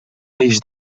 peix